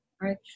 right